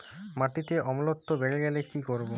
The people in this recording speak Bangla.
মাটিতে অম্লত্ব বেড়েগেলে কি করব?